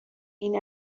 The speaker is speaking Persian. این